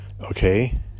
Okay